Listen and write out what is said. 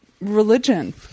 religion